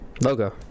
Logo